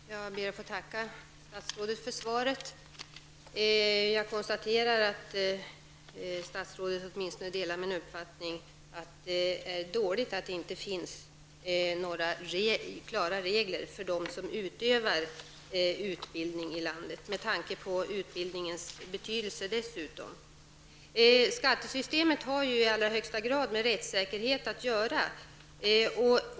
Herr talman! Jag ber att få tacka statsrådet för svaret. Jag konstaterar att statsrådet åtminstone delar min uppfattning att det är dåligt att det inte finns några klara regler för dem som bedriver utbildning i landet. Detta gäller även med tanke på utbildningens betydelse. Skattesystemet har i allra högsta grad med rättssäkerhet att göra.